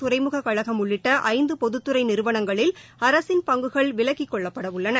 துறைமுக கழகம் உள்ளிட்ட ஐந்து பொதுத்துறை நிறுவனங்களில் அரசின் பங்குகள் விலக்கிக் கொள்ளப்படவுள்ளன